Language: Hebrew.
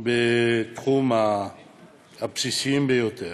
בתחומים הבסיסיים ביותר.